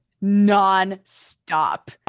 Non-stop